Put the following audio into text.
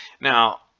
Now